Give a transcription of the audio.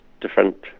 different